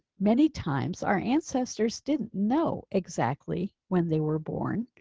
many times our ancestors didn't know exactly when they were born,